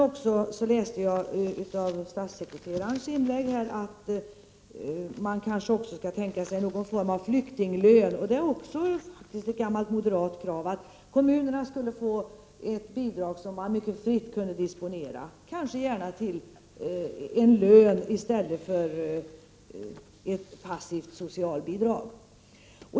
Jag läste i statssekreterarens inlägg att man kanske kan tänka sig någon form av flyktinglön, och det är också ett gammalt moderat krav. Kommunerna skulle kunna få ett bidrag som de disponerar mycket fritt, gärna till en lön i stället för till ett passivt socialbidrag.